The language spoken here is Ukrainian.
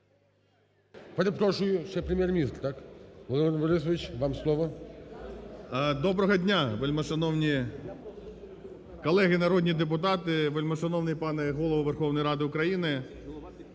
Доброго дня, вельмишановні колеги народні депутати, вельмишановний пане Голово Верховної Ради України.